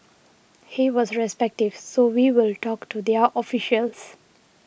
he was receptive so we will talk to their officials